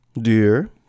Dear